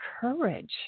courage